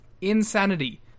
insanity